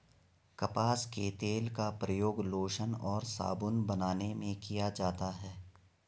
कपास के तेल का प्रयोग लोशन और साबुन बनाने में किया जाता है